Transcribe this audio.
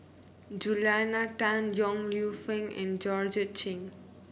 Julia Tan Yong Lew Foong and Georgette Chen